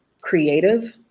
creative